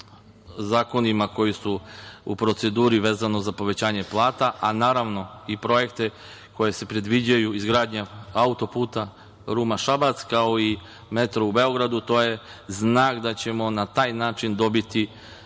zakonima koji su u proceduri, vezano za povećanje plata, a i za projekte koji se predviđaju – izgradnja auto-puta Ruma-Šabac kao i metro u Beogradu. Sve je to znak da ćemo na taj način dobiti